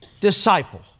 disciple